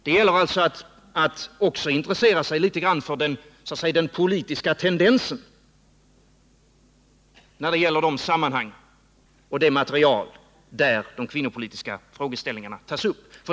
Det gäller att intressera sig litet grand för den politiska tendensen när det gäller de sammanhang och de material där de kvinnopolitiska frågorna tas upp.